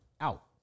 out